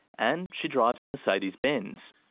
and she drives a mercedes-benz.